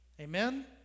Amen